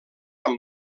amb